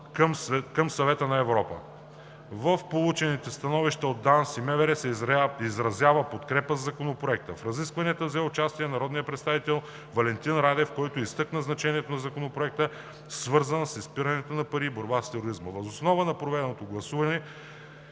към Съвета на Европа. В получените становища от ДАНС и МВР се изразява подкрепа за Законопроекта. В разискванията взе участие народният представител Валентин Радев, който изтъкна значението на Законопроекта, свързан с изпирането на пари и борбата с тероризма. Въз основа на проведеното гласуване